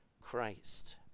Christ